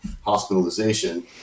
hospitalization